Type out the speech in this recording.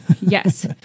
Yes